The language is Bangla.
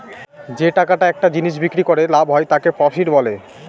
যে টাকাটা একটা জিনিস বিক্রি করে লাভ হয় তাকে প্রফিট বলে